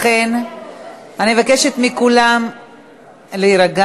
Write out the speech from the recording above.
לכן אני מבקשת מכולם להירגע.